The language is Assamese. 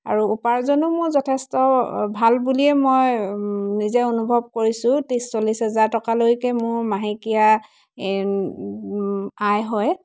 আৰু উপাৰ্জনো মোৰ যথেষ্ট ভাল বুলিয়েই মই নিজে অনুভৱ কৰিছোঁ ত্ৰিছ চল্লিছ হাজাৰ টকালৈকে মোৰ মাহেকীয়া আয় হয়